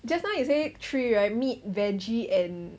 just now you say three right meat vege~ and